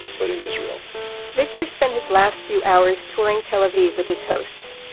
but in israel victor spent his last few hours touring tel aviv with his hosts.